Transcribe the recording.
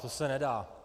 To se nedá.